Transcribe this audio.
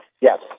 Yes